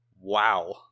Wow